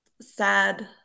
sad